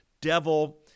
devil